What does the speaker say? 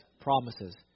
promises